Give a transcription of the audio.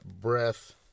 breath